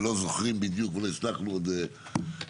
לא זוכרים בדיוק ולא הצלחנו עוד לבדוק,